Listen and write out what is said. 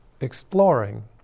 exploring